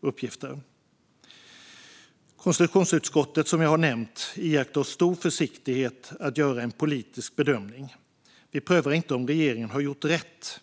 uppgifter. Konstitutionsutskottet iakttar, som jag har nämnt, stor försiktighet när det gäller att göra en politisk bedömning. Vi prövar inte om regeringen har gjort rätt.